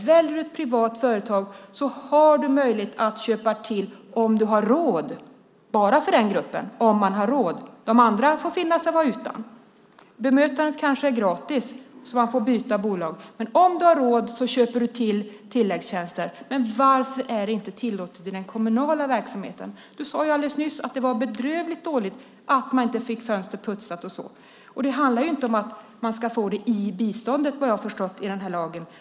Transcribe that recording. Väljer du ett privat företag har du möjlighet att köpa till dessa om du har råd - bara för den gruppen som har råd, de andra får finna sig i att vara utan, men bemötandet kanske är gratis. Om du har råd köper du tilläggstjänster. Men varför är det inte tillåtet i den kommunala verksamheten? Du sade alldeles nyss att det var bedrövligt dåligt att man inte fick fönstret putsat eller så. Det handlar inte om att man ska få det i bistånd, efter vad jag har förstått vid det här laget.